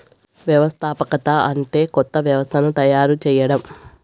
వ్యవస్థాపకత అంటే కొత్త వ్యవస్థను తయారు చేయడం